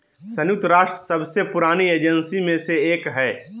संयुक्त राष्ट्र सबसे पुरानी एजेंसी में से एक हइ